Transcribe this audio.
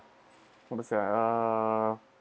what to say ah